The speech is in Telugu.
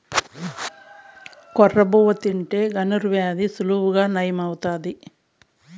కొర్ర బువ్వ తింటే షుగర్ వ్యాధి సులువుగా నయం అవుతాది